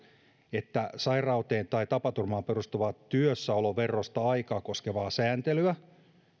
että sairauteen tai tapaturmaan perustuvaa työssäolon veroista aikaa koskevaa sääntelyä